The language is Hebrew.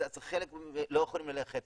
אז חלק לא יכולים ללכת,